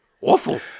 Awful